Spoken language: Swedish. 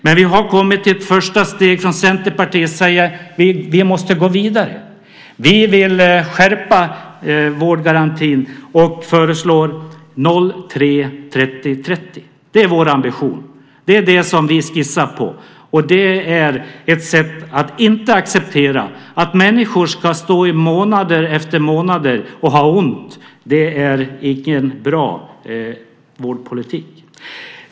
Men vi har kommit till ett första steg från Centerpartiets sida, och vi måste gå vidare. Vi vill skärpa vårdgarantin och föreslår 0-3-30-30. Det är vår ambition. Det är det som vi skissar på, och det är ett sätt att inte acceptera att människor månader efter månader ska ha ont. Det är icke en bra vårdpolitik.